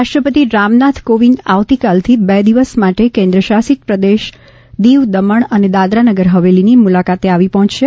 રાષ્ટ્રપતિ રામનાથ કોવિંદ આવતીકાલથી બે દિવસ માટે કેન્દ્રશાસિત પ્રદેશ દિવ દમણ અને દાદરાનગર હવેલીની મુલાકાતે આવી પહોંચશે